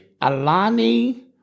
Alani